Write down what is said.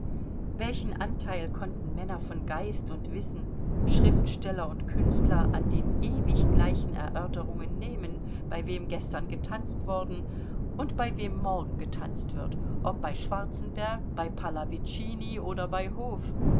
welchen anteil konnten männer von geist und wissen schriftsteller und künstler an den ewig gleichen erörterungen nehmen bei wem gestern getanzt worden und bei wem morgen getanzt wird ob bei schwarzenberg bei pallavicini oder bei hof